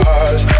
eyes